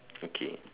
okay